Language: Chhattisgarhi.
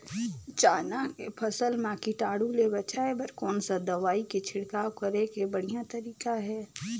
चाना के फसल मा कीटाणु ले बचाय बर कोन सा दवाई के छिड़काव करे के बढ़िया तरीका हे?